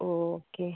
okay